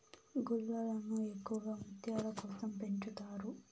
గుల్లలను ఎక్కువగా ముత్యాల కోసం పెంచుతారు